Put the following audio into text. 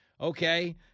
Okay